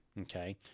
Okay